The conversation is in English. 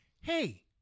hey